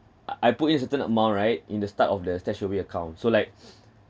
ah I put in certain amount right in the start of the StashAway account so like